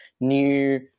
new